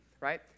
right